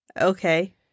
Okay